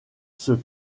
sur